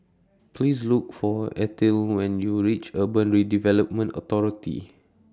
Please Look For Ethyle when YOU REACH Urban Redevelopment Authority